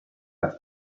als